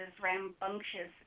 rambunctious